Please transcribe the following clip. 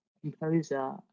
composer